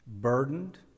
burdened